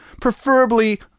preferably